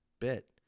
bit